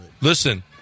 Listen